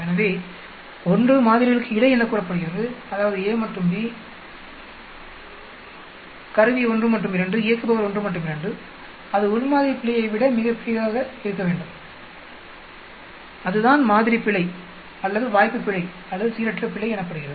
எனவே 1 மாதிரிகளுக்கு இடை என கூறப்படுகிறது அதாவது a மற்றும் b கருவி 1 மற்றும் 2 இயக்குபவர் 1 மற்றும் 2 அது உள் மாதிரி பிழையை விட மிகப்பெரிதாக இருக்க வேண்டும் அதுதான் மாதிரி பிழை அல்லது வாய்ப்பு பிழை அல்லது சீரற்ற பிழை எனப்படுகிறது